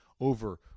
over